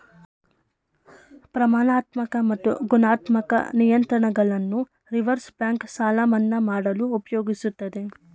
ಪ್ರಮಾಣಾತ್ಮಕ ಮತ್ತು ಗುಣಾತ್ಮಕ ನಿಯಂತ್ರಣಗಳನ್ನು ರಿವರ್ಸ್ ಬ್ಯಾಂಕ್ ಸಾಲ ಮನ್ನಾ ಮಾಡಲು ಉಪಯೋಗಿಸುತ್ತದೆ